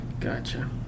gotcha